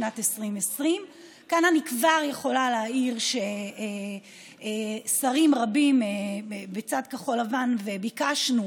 שנת 2020. כאן אני כבר יכולה להעיר ששרים רבים מצד כחול לבן ביקשנו